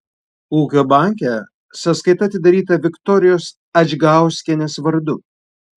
ūkio banke sąskaita atidaryta viktorijos adžgauskienės vardu